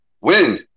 win